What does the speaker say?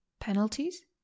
Penalties